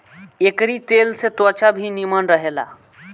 एकरी तेल से त्वचा भी निमन रहेला